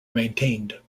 maintained